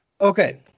Okay